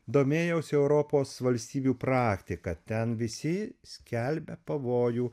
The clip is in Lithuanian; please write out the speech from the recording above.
domėjausi europos valstybių praktika ten visi skelbia pavojų